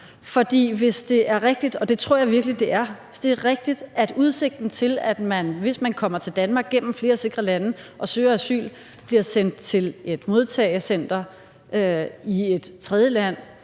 det er – at udsigten til, at man, hvis man kommer til Danmark gennem flere sikre lande og søger asyl, vil blive sendt til et modtagecenter i et tredjeland,